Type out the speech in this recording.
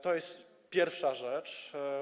To jest pierwsza rzecz.